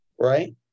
right